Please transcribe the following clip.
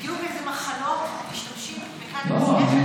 בדיוק באיזה מחלות משתמשים בקנביס.